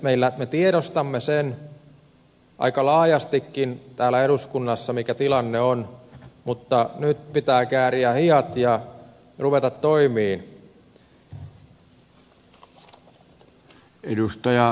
eli me tiedostamme sen aika laajastikin täällä eduskunnassa mikä tilanne on mutta nyt pitää kääriä hihat ja ruveta toimiin